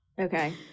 Okay